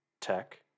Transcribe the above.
Tech